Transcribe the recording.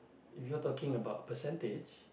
if you're talking about percentage